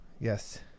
Yes